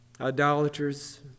Idolaters